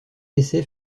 essais